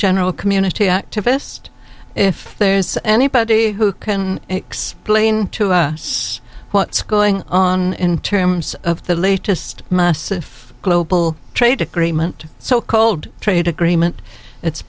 general community activist if there's anybody who can explain to us what's going on in terms of the latest massive global trade agreement so called trade agreement it's